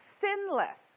sinless